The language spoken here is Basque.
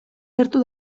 gertu